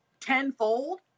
tenfold